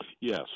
Yes